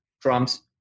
trumps